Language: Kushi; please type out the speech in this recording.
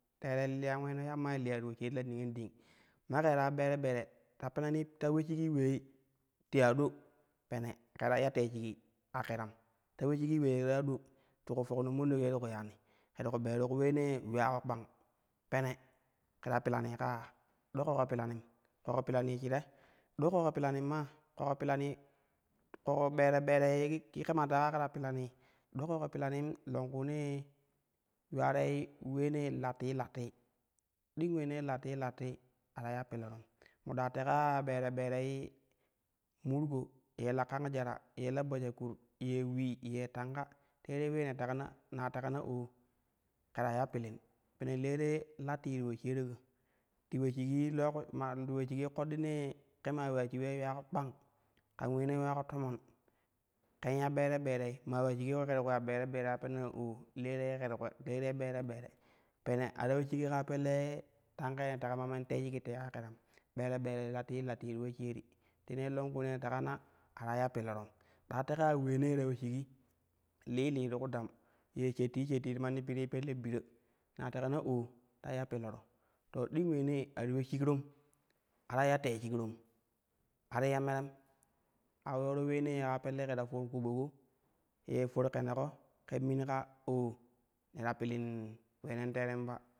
Teerei liyan uleeno yamma ye liya ti poshaari la niyan ding, ma ke ta ya ɓere ɓere ta penani ta ule shigii ulei ti ado pene ke ta iya tee shigi ka kiram ta ule shigii ulei ti a ɗo ti ku fokno munɗok ye ti ku yani ya ti ku bero ku uleenee yuula ko kpang, pene ke ta pila ka ya a do koƙo pilanim, ƙoƙo pilanil shire a do ƙoƙo pilanim maa ƙoƙo pila ƙoƙo bere bere ye kema te ka ya ka k ta pilani do ƙoƙo pilanin longkuunee yuwa roi uleenee latti latti ding uleenee latti latti a ta iya pilorom moɗa teka ya ɓere ɓerei murgo, ye la kan jara, ye la bajakur, ye ulil ye tanka teerei ulee na teka na, na teka na oo ke ta iya pilin pe le te la ttii ti poshaariko ti ule shigi longu ma ti ule shiji koɗɗi nee le maa uleya shik ulee yuulako kpang kam uleenee yuulako toman ken ya bere bere maa uleya shigi ko ti ku ya ɓere ɓere ta tewani ya oo teere ke ti ku teerei ɓere ɓere pene a ta ule shigi kaa pelle tanka ye ne teka ma man tee shigi teei ka kirami ɓere ɓere latti latti ti poshaari, tenei longkunen ne teka na a ta iya pilarau. Da teka ya uleenee ta ule shigi lii lii ti kudam shetti shetti ti manni piri kaa pelle biro na teka na. Oo ta iya piloro to ding uleene ati ule shigrom a ta iya tee shigrom a ti ya merem a yooro uleena kaa pelle ke ta for ƙoɓo ko ye for keneko ken mimi ka oo ne ta pilin uleenan teerem ba.